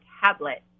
tablet